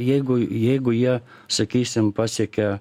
jeigu jeigu jie sakysim pasekia